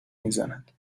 میزند